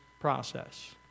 process